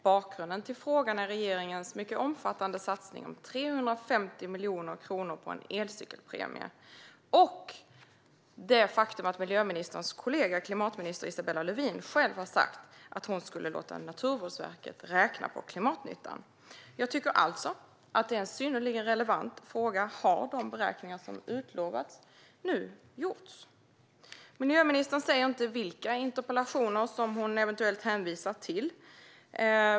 Bakgrunden till frågan är regeringens mycket omfattande satsning om 350 miljoner kronor på en elcykelpremie och det faktum att miljöministerns kollega, klimatminister Isabella Lövin, själv har sagt att hon skulle låta Naturvårdsverket räkna på klimatnyttan. Jag tycker alltså att det är en synnerligen relevant fråga. Har de beräkningar som utlovats nu gjorts? Miljöministern säger inte vilka interpellationer hon eventuellt hänvisar till.